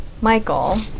Michael